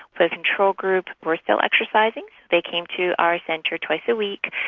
the control group were still exercising. they came to our centre twice a week.